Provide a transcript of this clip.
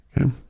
Okay